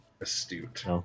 astute